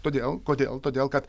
todėl kodėl todėl kad